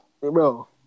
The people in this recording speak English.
bro